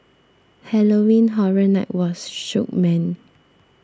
Halloween Horror Night was shook man